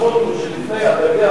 אתה יודע,